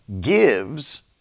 gives